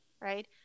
right